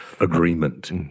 agreement